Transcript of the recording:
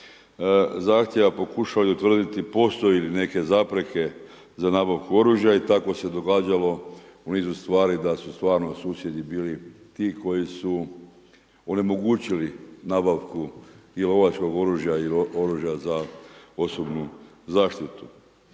zahtjeva pokušali utvrditi postoje li neke zapreke za nabavku oružja i tako se događalo u nizu stvari da su stvarno susjedi bili ti koji su onemogućili nabavku i lovačkog oružja ili oružja za osobnu zaštitu.